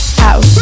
house